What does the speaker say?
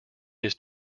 his